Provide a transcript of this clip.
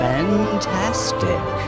Fantastic